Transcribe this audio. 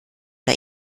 der